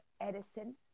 Edison